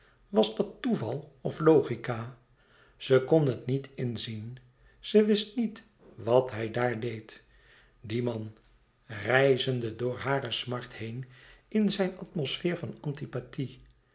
was dat toeval of logica ze kon het niet inzien ze wist niet wat hij daar deed die man rijzende door hare smart heen in zijne atmosfeer van antipathie